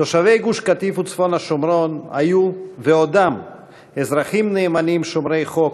תושבי גוש-קטיף וצפון השומרון היו ועודם אזרחים נאמנים ושומרי חוק,